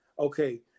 Okay